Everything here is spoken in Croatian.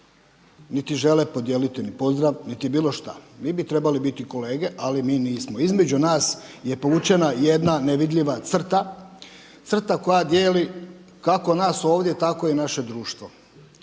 niti žele podijeliti pozdrav niti bilo šta. Mi bi trebali biti kolege, ali mi nismo. Između nas je povučena jedna nevidljiva crta, crta koja dijeli kako nas ovdje tako i naše društvo.